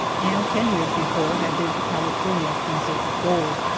and ten years before had been to california in search of gold.